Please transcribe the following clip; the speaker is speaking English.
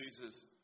Jesus